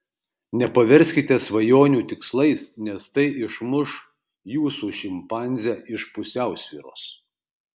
nepaverskite svajonių tikslais nes tai išmuš jūsų šimpanzę iš pusiausvyros